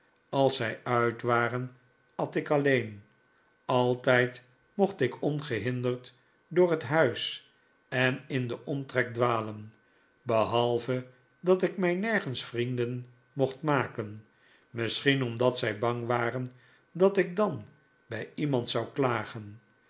als zij uit waren at ik alleen altijd mocht ik ongehinderd door het huis en in den omtrek dwalen behalve dat ik mij nergens vrienden mocht maken misschien omdat zij bang waren dat ik dan bij iemand zou klagen